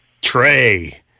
Trey